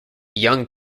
young